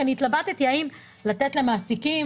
אני התלבטתי האם לתת למעסיקים.